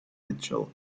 mitchell